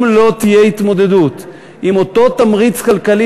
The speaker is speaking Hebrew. אם לא תהיה התמודדות עם אותו תמריץ כלכלי